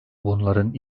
bunların